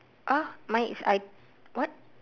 !huh! mine is I what